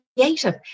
creative